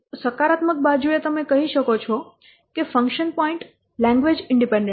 સકારાત્મક બાજુએ તમે કહી શકો છો કે ફંક્શન પોઇન્ટ લેંગ્વેજ ઈન્ડિપેન્ડેન્ટ છે